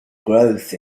growth